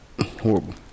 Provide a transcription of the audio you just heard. Horrible